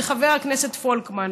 זה חבר הכנסת פולקמן,